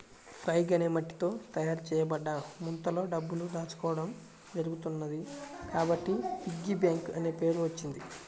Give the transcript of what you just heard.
pig అనే మట్టితో తయారు చేయబడ్డ ముంతలో డబ్బులు దాచుకోవడం జరుగుతున్నది కాబట్టి పిగ్గీ బ్యాంక్ అనే పేరు వచ్చింది